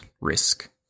risk